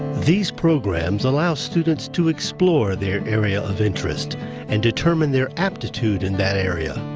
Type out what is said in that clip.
these programs allow students to explore their area of interest and determine their aptitude in that area.